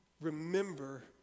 Remember